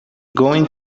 going